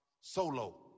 solo